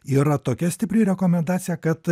yra tokia stipri rekomendacija kad